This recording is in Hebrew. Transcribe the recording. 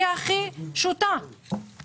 הכי שותה משקאות מתוקים.